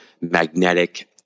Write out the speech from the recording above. magnetic